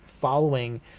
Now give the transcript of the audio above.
following